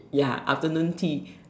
ya afternoon tea